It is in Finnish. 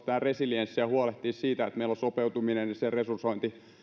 resilienssistä ja siitä että meillä sopeutuminen ja sen resursointi